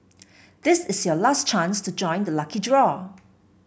this is your last chance to join the lucky draw